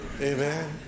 Amen